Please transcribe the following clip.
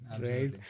right